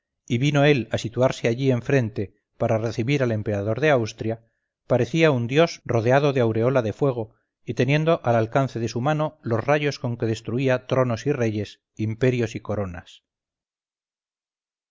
y vino él a situarse allí enfrente para recibir al emperador de austria parecía un dios rodeado de aureola de fuego y teniendo al alcance de su mano los rayos con que destruía tronos y reyes imperios y coronas